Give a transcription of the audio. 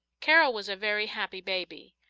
carol was a very happy baby.